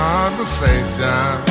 Conversation